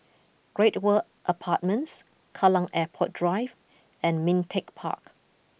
Great World Apartments Kallang Airport Drive and Ming Teck Park